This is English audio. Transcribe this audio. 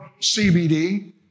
CBD